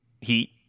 heat